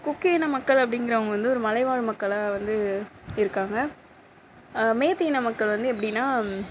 cookie இன மக்கள் அப்படிங்கிறவங்க வந்து ஒரு மலைவாழ் மக்களாக வந்து இருக்காங்க மைத்தி இன மக்கள் வந்து எப்படினா